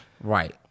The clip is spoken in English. Right